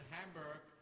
Hamburg